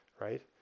right